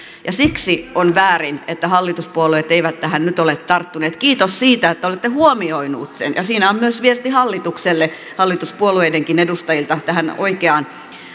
siksi on väärin että hallituspuolueet eivät tähän nyt ole tarttuneet kiitos siitä että olette huomioineet sen ja siinä on myös viesti hallitukselle hallituspuolueidenkin edustajilta että tähän oikeaan